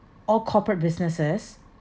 all corporate businesses